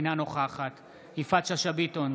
אינה נוכחת יפעת שאשא ביטון,